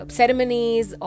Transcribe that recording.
ceremonies